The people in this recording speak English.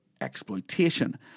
exploitation